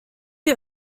ihr